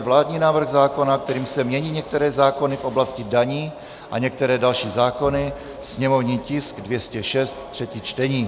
Vládní návrh zákona, kterým se mění některé zákony v oblasti daní a některé další zákony /sněmovní tisk 206/ třetí čtení